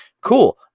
Cool